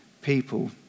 people